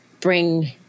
bring